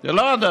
זו לא הדתה?